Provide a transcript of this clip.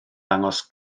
dangos